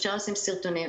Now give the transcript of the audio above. אפשר לשים סרטונים,